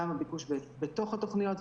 גם הביקוש בתוך התוכניות,